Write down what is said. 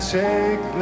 take